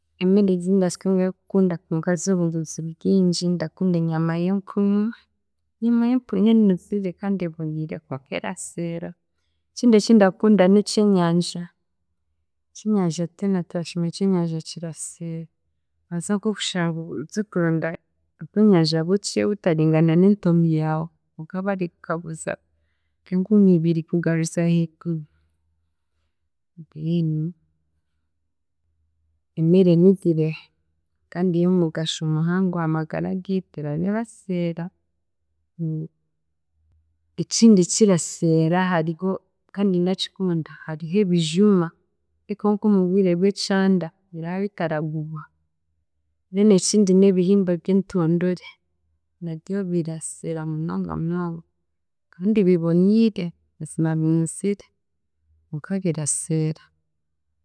Emere zindasingayo kukunda konka z'obunuzi bwingi ndakunda enyama y'empunu, enyama y'empunu enuzire kandi eboniire konka eraseera. Ekindi ekindakunda n'ekyenyanja, ekyenyanja twena turakimanya ekyenyanja kiraseera, oraza nkokushanga oze kuronda obwenyanja bukye butaringana n'entomi yaawe konka bari kukaguza nk'enkumi ibiri kugaruza ahiiguru, mbwenu, emere enuzire kandi y'omugasho muhango aha magara giitu eraba eraseera. Ekindi ekiraseeera hariho kandi ndakikunda hariho ebijuma rekaho nk'omubwire bw'ekyanda biraba bitaragugwa, then ekindi n'ebihimba by'entondore nabyo biraseera munonga munonga kandi biboniire mazima binuzire konka biraseera.